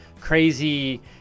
crazy